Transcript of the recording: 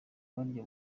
barya